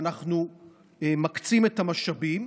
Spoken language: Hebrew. ואנחנו מקצים את המשאבים.